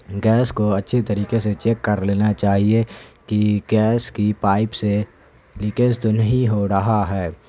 gas کو اچھی طریقے سے چیک کر لینا چاہیے کہ گیس کی پائپ سے لیکیز تو نہیں ہو رہا ہے